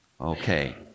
Okay